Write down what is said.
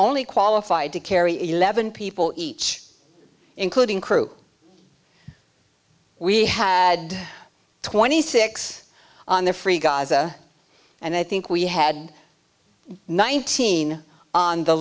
only qualified to carry eleven people each including crew we had twenty six on the free gaza and i think we had nineteen on the